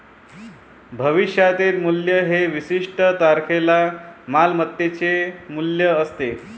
भविष्यातील मूल्य हे विशिष्ट तारखेला मालमत्तेचे मूल्य असते